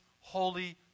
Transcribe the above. holy